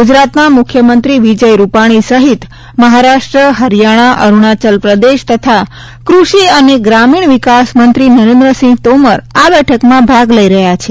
ગુજરાતના મુખ્યમંત્રી વિજય રૂપાણી સહિત મહારાષ્ટ્ર હરિયાણા અરૂણાચલપ્રદેશ તથા કૃષિ અને ગ્રામીણ વિકાસમંત્રી નરેન્દ્રસિંહ તોમર આ બેઠકમાં ભાગ લઈ રહ્યા છે